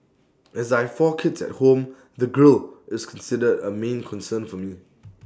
as I four kids at home the grille is considered A main concern for me